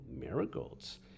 marigolds